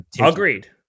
Agreed